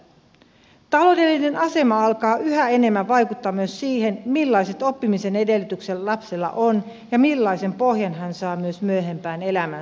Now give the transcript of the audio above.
taloudellinen asema alkaa yhä enemmän vaikuttaa myös siihen millaiset oppimisen edellytykset lapsella on ja millaisen pohjan hän saa myös myöhempää elämäänsä varten